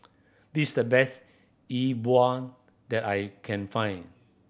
this the best E Bua that I can find